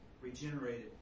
regenerated